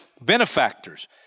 benefactors